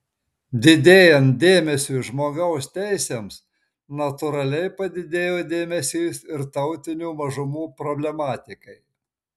didėjant dėmesiui žmogaus teisėms natūraliai padidėjo dėmesys ir tautinių mažumų problematikai